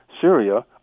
Syria